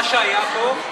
מה שהיה פה,